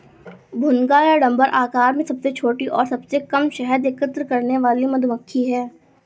भुनगा या डम्भर आकार में सबसे छोटी और सबसे कम शहद एकत्र करने वाली मधुमक्खी है